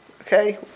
Okay